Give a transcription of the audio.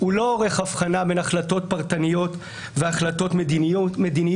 הוא לא עורך הבחנה בין החלטות פרטניות והחלטות מדיניות.